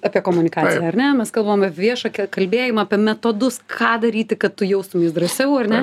apie komunikaciją ar ne mes kalbam apie viešą kalbėjimą apie metodus ką daryti kad tu jaustumeis drąsiau ar ne